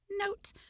Note